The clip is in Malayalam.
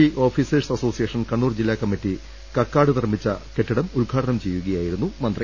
B officers association Kannur ജില്ലാ കമ്മിറ്റി കക്കാട് നിർമ്മിച്ച കെട്ടിടം ഉദ്ഘാടനം ചെയ്യുകയായിരുന്നു മന്ത്രി